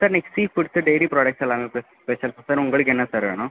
sir இன்னைக்கு sea foods daily products எல்லாமே ப ஸ்பெஷல் சார் உங்களுக்கு என்ன சார் வேணும்